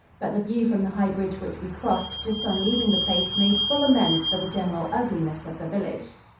but the view from the high bridge which we crossed just on leaving the place made full amends for the general ugliness of the village.